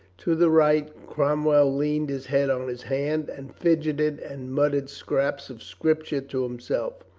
to the right cromwell leaned his head on his hand and fidgeted and mut tered scraps of scripture to himself.